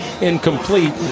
incomplete